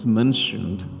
mentioned